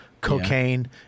cocaine